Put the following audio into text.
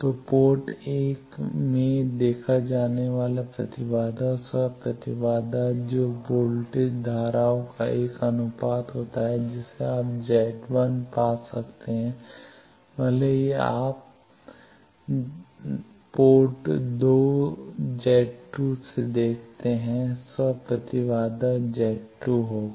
तो पोर्ट 1 में देखा जाने वाला प्रतिबाधा स्व प्रतिबाधा जो वोल्टेज धाराओं का एक अनुपात होगा जिसे आप Z 1 पा सकते हैं भले ही आप पोर्ट 2 Z 2 से देखते हैं स्व प्रतिबाधा Z 2 ये होगा